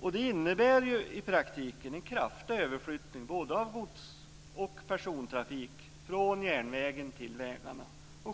kronor. Det innebär i praktiken en kraftig överskjutning av både gods och persontrafik från järnvägen till vägarna.